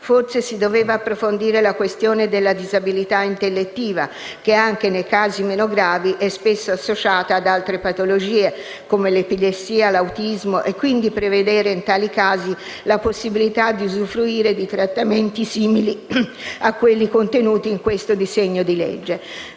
Forse si doveva approfondire la questione della disabilità intellettiva, che anche nei casi meno gravi è spesso associata ad altre patologie, come l'epilessia e l'autismo, quindi prevedere in tali casi la possibilità di usufruire di trattamenti simili a quelli contenuti nel presente disegno di legge.